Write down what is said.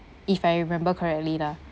if I remember correctly lah